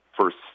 first